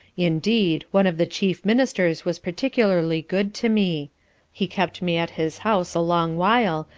indeed, one of the chief ministers was particularly good to me he kept me at his house a long while,